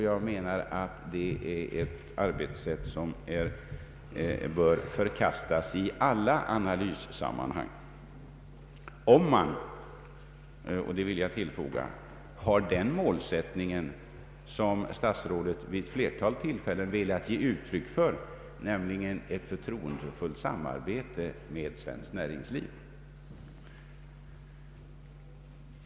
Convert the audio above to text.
Jag menar att det är ett arbetssätt som bör förkastas i alla analyssammanhang, om man, och det vill jag tillfoga, har den målsättning som statsrådet vid flera tillfällen velat ge uttryck för, nämligen ett förtroendefullt samarbete med svenskt näringsliv.